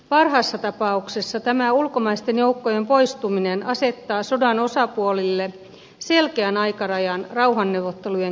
parhaassa tapauksessa tämä ulkomaisten joukkojen poistuminen asettaa sodan osapuolille selkeän aikarajan rauhanneuvottelujen käymiseksi